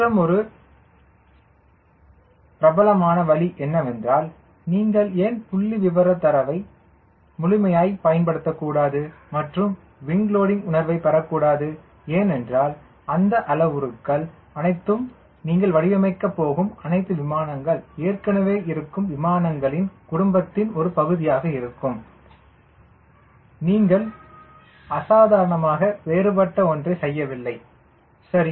மற்றொரு பிரபலமான வழி என்னவென்றால் நீங்கள் ஏன் புள்ளிவிவரத் தரவை முழுமையாய் பயன்படுத்தக்கூடாது மற்றும் விங் லோடிங் உணர்வைப் பெறக்கூடாது ஏனென்றால் அந்த அளவுருக்கள் அனைத்தும் நீங்கள் வடிவமைக்கப் போகும் அனைத்து விமானங்கள் ஏற்கனவே இருக்கும் விமானங்களின் குடும்பத்தின் ஒரு பகுதியாக இருக்கும் நீங்கள் அசாதாரணமாக வேறுபட்ட ஒன்றைச் செய்யவில்லை சரி